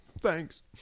thanks